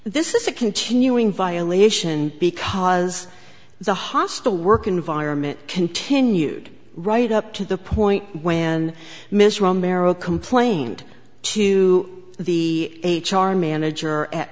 this is a continuing violation because the hostile work environment continued right up to the point when ms romero complained to the h r manager at